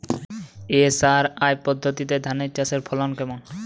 SRI পদ্ধতিতে ধান চাষের ফলন কেমন?